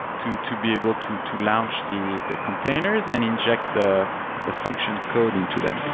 to to be able to to launch the the containers and inject the the function code into them.